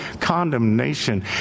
condemnation